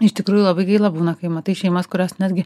iš tikrųjų labai gaila būna kai matai šeimas kurios netgi